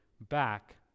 back